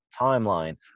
timeline